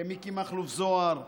למיקי מכלוף זוהר,